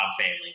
family